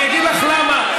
אני אגיד לך למה,